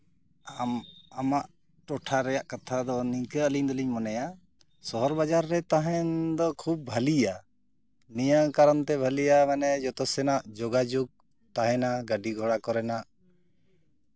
ᱟᱢ ᱟᱢᱟᱜ ᱴᱚᱴᱷᱟ ᱨᱮᱭᱟᱜ ᱠᱟᱛᱷᱟ ᱫᱚ ᱱᱤᱱᱠᱟᱹ ᱟᱹᱞᱤᱧ ᱫᱚᱞᱤᱧ ᱢᱚᱱᱮᱭᱟ ᱥᱚᱦᱚᱨ ᱵᱟᱡᱟᱨ ᱨᱮ ᱛᱟᱦᱮᱱ ᱫᱚ ᱠᱷᱩᱵ ᱵᱷᱟᱞᱤᱭᱟ ᱱᱤᱭᱟᱹ ᱠᱟᱨᱚᱱᱛᱮ ᱵᱷᱟᱹᱞᱤᱭᱟ ᱢᱟᱱᱮ ᱡᱚᱛᱚ ᱥᱮᱱᱟᱜ ᱡᱳᱜᱟᱡᱳᱜᱽ ᱛᱟᱦᱮᱱᱟ ᱜᱟᱹᱰᱤ ᱜᱷᱚᱲᱟ ᱠᱚᱨᱮᱱᱟᱜ